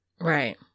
right